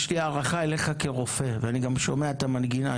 יש לי הערכה אליך כרופא ואני גם שומע את המנגינה,